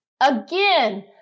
Again